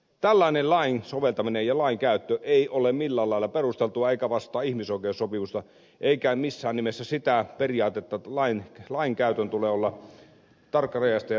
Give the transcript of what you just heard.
tällainen lain soveltaminen ja lainkäyttö ei ole millään lailla perusteltua eikä vastaa ihmisoikeussopimusta eikä missään nimessä sitä periaatetta että lainkäytön tulee olla tarkkarajaista ja täsmällistä